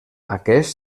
aquest